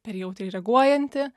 per jautriai reaguojanti